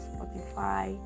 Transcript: Spotify